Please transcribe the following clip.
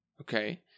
okay